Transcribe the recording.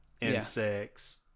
insects